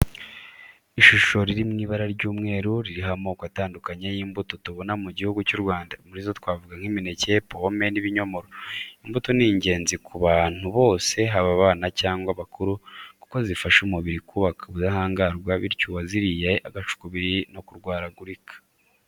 Ishusho riri mu ibara ry'umweru, ririho amoko atandukanye y'imbuto tubona mu Gihugu cy'u Rwanda. Muri zo twavuga nk'imineke, pome n'ibinyomoro. Imbuto ni ingenzi ku bantu bose haba abana cyangwa abakuru kuko zifasha umubiri kubaka ubudahangarwa bityo uwaziriye agaca ukubiri no kurwaragurika.